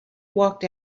walked